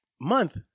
month